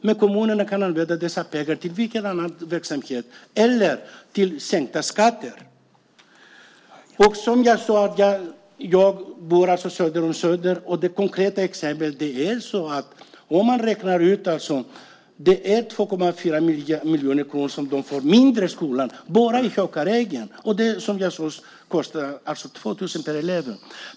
Men kommunerna kan använda dessa pengar till annan verksamhet eller till sänkta skatter. Som jag sade bor jag alltså söder om Söder. Jag har ett konkret exempel. Bara i Hökarängen får de 2,4 miljoner kronor mindre i skolan. Det kostar alltså 2 000 per elev.